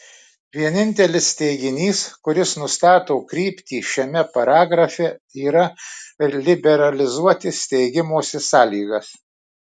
vienintelis teiginys kuris nustato kryptį šiame paragrafe yra liberalizuoti steigimosi sąlygas